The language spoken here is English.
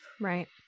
Right